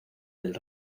del